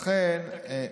יוכלו.